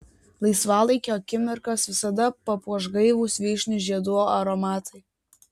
laisvalaikio akimirkas visada papuoš gaivūs vyšnių žiedų aromatai